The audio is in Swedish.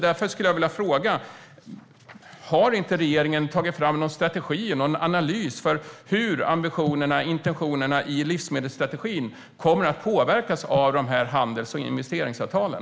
Därför skulle jag vilja fråga: Har inte regeringen tagit fram någon strategi för och analys av hur ambitionerna, intentionerna, i livsmedelsstrategin kommer att påverkas av de här handels och investeringsavtalen?